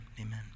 Amen